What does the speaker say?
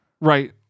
Right